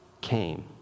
came